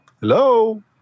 Hello